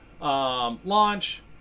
launch